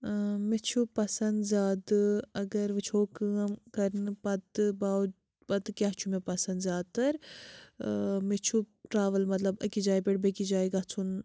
مےٚ چھُ پَسَنٛد زیادٕ اَگر وٕچھو کٲم کَرنہٕ پَتہٕ با پَتہٕ کیٛاہ چھُ مےٚ پَسَنٛد زیادٕ تَر مےٚ چھُ ٹرٛاوٕل مطلب أکِس جایہِ پٮ۪ٹھ بیٚیہِ کِس جایہِ گژھُن